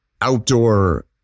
outdoor